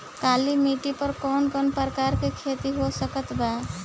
काली मिट्टी पर कौन कौन प्रकार के खेती हो सकत बा?